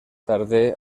tarde